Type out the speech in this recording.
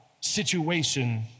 situation